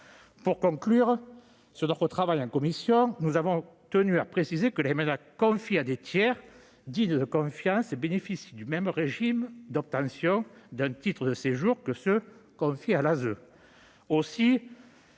Pour conclure sur le travail mené par la commission, nous avons tenu à préciser que les MNA confiés à des tiers dignes de confiance bénéficient du même régime d'obtention d'un titre de séjour que ceux qui sont confiés à l'ASE.